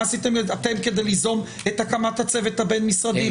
מה עשיתם אתם כדי ליזום את הקמת הצוות הבין-משרדי?